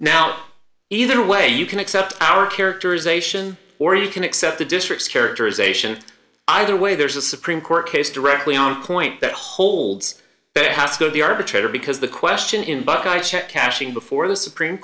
now either way you can accept our characterization or you can accept the district's characterization either way there's a supreme court case directly on point that holds they have to go to the arbitrator because the question in buckeye check cashing before the supreme